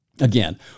Again